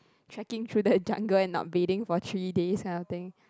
tracking through the jungle and not bleeding for three days kind of thing